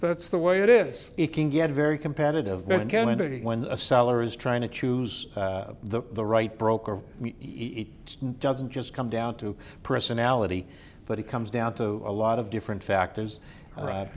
that the way it is it can get very competitive ben kennedy when a seller is trying to choose the the right broker eat doesn't just come down to personality but it comes down to a lot of different factors a